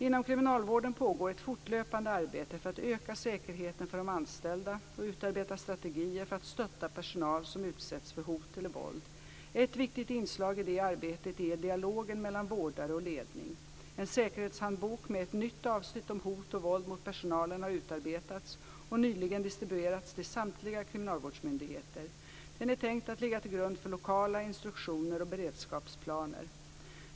Inom kriminalvården pågår ett fortlöpande arbete för att öka säkerheten för de anställda och utarbeta strategier för att stödja personal som utsätts för hot eller våld. Ett viktigt inslag i detta arbete är dialogen mellan vårdare och ledning. En säkerhetshandbok med ett nytt avsnitt om hot och våld mot personalen har utarbetats och nyligen distribuerats till samtliga kriminalvårdsmyndigheter. Den är tänkt att ligga till grund för lokala instruktioner och beredskapsplaner.